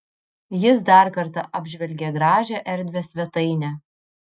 jis dar kartą apžvelgė gražią erdvią svetainę